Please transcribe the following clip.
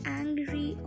angry